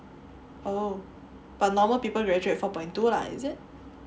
oh but normal people graduate four point two lah is it